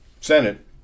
Senate